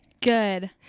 Good